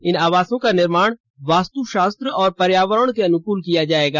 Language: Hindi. इन आवासों का निर्माण वास्तुशास्त्र और पर्यावरण के अनुकूल किया जाएगा